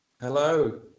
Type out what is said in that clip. Hello